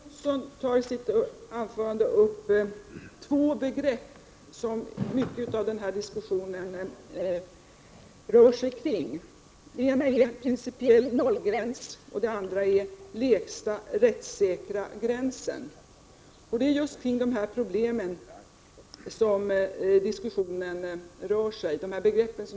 Herr talman! Elver Jonsson tar i sitt anförande upp två begrepp som den här diskussionen rör sig kring. Det ena är principiell nollgräns, det andra är lägsta rättssäkra gräns.